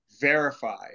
verify